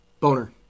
Boner